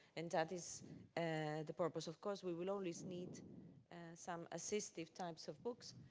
and that is and the purpose. of course, we will always need some assistive types of books.